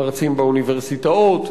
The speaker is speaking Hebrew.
מרצים באוניברסיטאות,